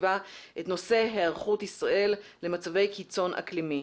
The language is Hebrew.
הסביבה את נושא היערכות ישראל למצבי קיצון אקלימי.